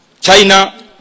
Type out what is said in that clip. China